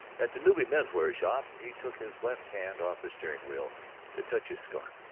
at the nobby men's wear shop he took his left hand off the steering-wheel to touch his scarf,